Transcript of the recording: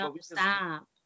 Stop